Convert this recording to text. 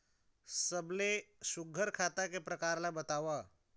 सबले सुघ्घर खाता के प्रकार ला बताव?